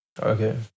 okay